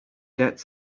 get